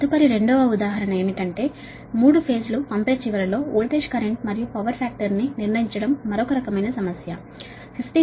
తదుపరి 2 వ ఉదాహరణ ఏమిటంటే వోల్టేజ్ కరెంట్ మరియు పవర్ ఫాక్టర్ ని 3 ఫేజ్ యొక్క పంపే ఎండ్ లో నిర్ణయించడం మరొక రకమైన సమస్య